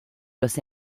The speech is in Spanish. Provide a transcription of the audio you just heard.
los